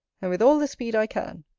and with all the speed i can.